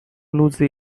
lose